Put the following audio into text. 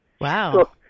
wow